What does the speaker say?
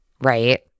right